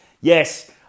Yes